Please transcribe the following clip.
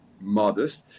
Modest